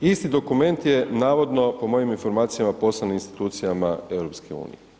Isti dokument je navodno, po mojim informacijama poslan institucijama EU.